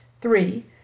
Three